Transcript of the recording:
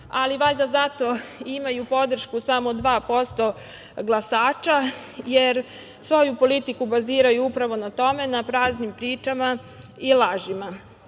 ali valjda zato i imaju podršku samo 2% glasača, jer svoju politiku baziraju upravo na tome, na praznim pričama i lažima.U